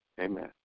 amen